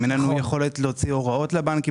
אין לנו יכולת להוציא הוראות לבנקים,